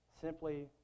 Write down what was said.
simply